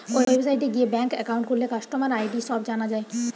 ওয়েবসাইটে গিয়ে bank account খুললে কাস্টমার আই.ডি সব জানা যায়